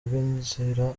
rw’inzira